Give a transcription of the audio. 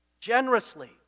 generously